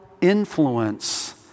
influence